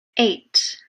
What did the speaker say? eight